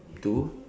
to